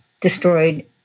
destroyed